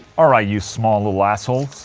alright, you small little assholes,